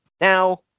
Now